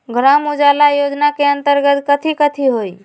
ग्राम उजाला योजना के अंतर्गत कथी कथी होई?